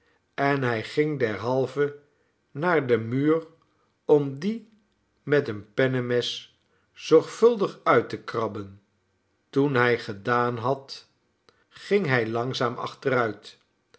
en hij ging derhalve naar den muur om die met een pennemes zorgvuldig uit te krabben toen hij gedaan had ging hij langzaam achteruit